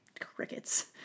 crickets